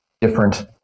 different